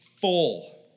full